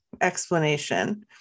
explanation